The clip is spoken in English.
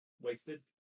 Wasted